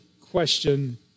question